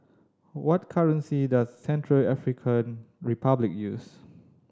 what currency does Central African Republic use